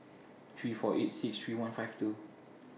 three four eight six three one five two